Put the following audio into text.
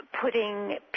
putting